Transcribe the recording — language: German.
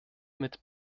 mit